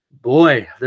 Boy